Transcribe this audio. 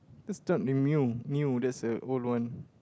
this job new new new that's the old one